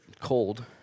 cold